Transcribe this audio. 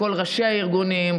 לכל ראשי הארגונים,